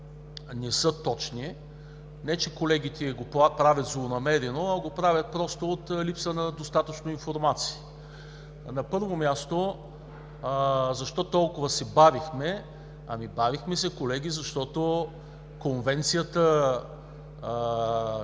не са точни – не че колегите го правят злонамерено, а го правят просто от липса на достатъчно информация. На първо място, защо толкова се бавихме? Бавихме се, колеги, защото Конвенцията,